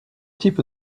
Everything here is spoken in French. types